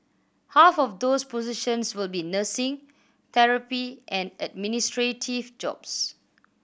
half of those positions will be nursing therapy and administrative jobs